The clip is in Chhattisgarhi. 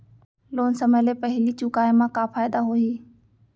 लोन समय ले पहिली चुकाए मा का फायदा होही?